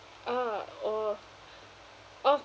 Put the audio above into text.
ah or oh